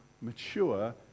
mature